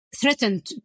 threatened